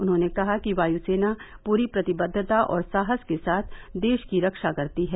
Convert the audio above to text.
उन्होंने कहा कि वायुसेना पूरी प्रतिबद्वता और साहस के साथ देश की रक्षा करती है